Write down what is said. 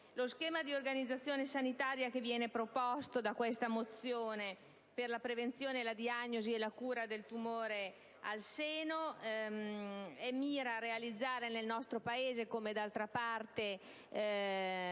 Lo schema di organizzazione sanitaria che viene proposto da questa mozione per la prevenzione, la diagnosi e la cura del tumore al seno mira a realizzare nel nostro Paese - come d'altra parte